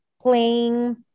playing